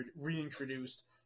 reintroduced